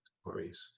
stories